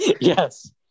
Yes